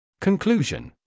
Conclusion